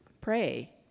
pray